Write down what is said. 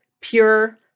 pure